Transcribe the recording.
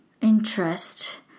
interest